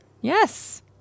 Yes